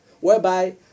whereby